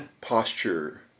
posture